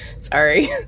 Sorry